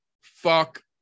fuck